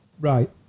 Right